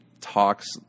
talks